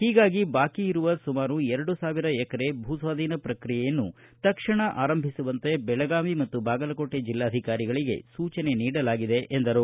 ಹೀಗಾಗಿ ಬಾಕಿ ಇರುವ ಸುಮಾರು ಎರಡು ಸಾವಿರ ಎಕರೆ ಭೂಸ್ವಾಧೀನ ಪ್ರಕ್ರಿಯೆ ತಕ್ಷಣ ಆರಂಭಿಸುವಂತೆ ಬೆಳಗಾವಿ ಮತ್ತು ಬಾಗಲಕೋಟ ಜಿಲ್ಲಾಧಿಕಾರಿಗಳಿಗೆ ಸೂಚನೆ ನೀಡಲಾಗಿದೆ ಎಂದರು